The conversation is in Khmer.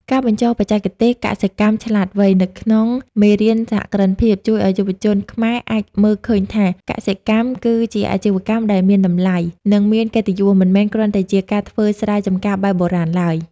ការបញ្ចូលបច្ចេកទេស "កសិកម្មឆ្លាតវៃ" ទៅក្នុងមេរៀនសហគ្រិនភាព ជួយឱ្យយុវជនខ្មែរអាចមើលឃើញថា កសិកម្មគឺជាអាជីវកម្មដែលមានតម្លៃ និងមានកិត្តិយស មិនមែនគ្រាន់តែជាការធ្វើស្រែចម្ការបែបបុរាណឡើយ។